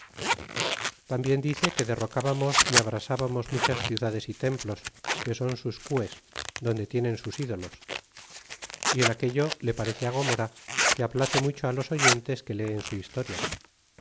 tambien dice que derrocábamos y abrasábamos muchas ciudades y templos que son sus cues donde tienen sus ídolos y en aquello le parece cromora que aplace mucho á los oyentes que leen su historia